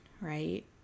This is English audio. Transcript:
right